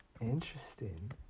Interesting